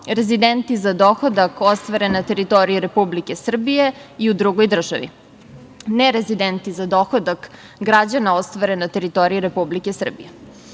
rezidenti za dohodak ostvaren na teritoriji Republike Srbije i u drugoj državi, nerezidenti za dohodak građana, ostvaren na teritoriji Republike